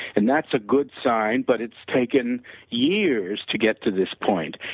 and, that's a good sign, but it's taken years to get to this point,